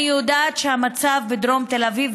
אני יודעת שהמצב בדרום תל אביב,